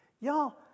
Y'all